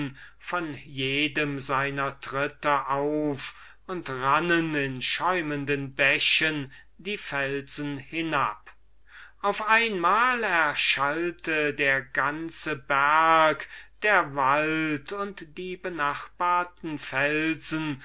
von jedem seiner tritte auf und rannen in schäumenden bächen die felsen hinab auf einmal erschallte der ganze berg der wald und die benachbarten felsen